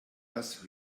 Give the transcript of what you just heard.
dass